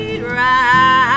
Right